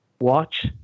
watch